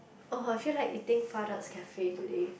oh I feel like eating Cafe today